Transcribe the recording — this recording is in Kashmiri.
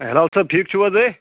حِلال صٲب ٹھیٖک چھُو حظ ہیے